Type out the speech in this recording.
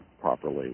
properly